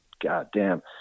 goddamn